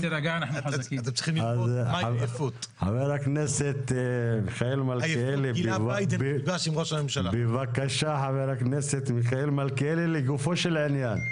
חבר הכנסת מלכיאלי, בבקשה, לגופו של עניין.